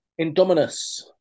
Indominus